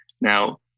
Now